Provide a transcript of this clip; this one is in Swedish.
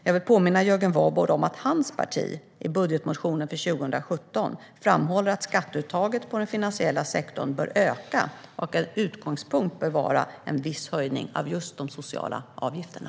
Jag vill påminna Jörgen Warborn om att hans parti i budgetmotionen för 2017 framhåller att skatteuttaget på den finansiella sektorn bör öka och att en utgångspunkt bör vara en viss höjning av just de sociala avgifterna.